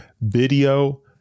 video